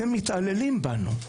אתם מתעללים בנו,